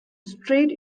straight